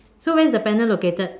so where is the panel located